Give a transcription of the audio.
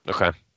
Okay